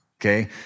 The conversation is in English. Okay